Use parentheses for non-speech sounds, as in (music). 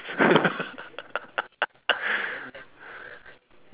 (laughs)